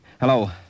Hello